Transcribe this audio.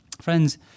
Friends